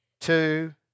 two